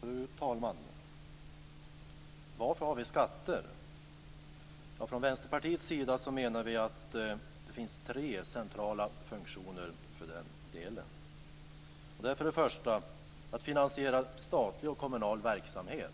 Fru talman! Varför har vi skatter? Från Vänsterpartiets sida menar vi att det finns tre centrala funktioner för skatterna. Till att börja med behövs de för att finansiera statlig och kommunal verksamhet.